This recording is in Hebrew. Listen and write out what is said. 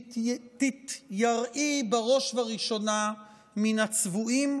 תתייראי בראש ובראשונה מן הצבועים,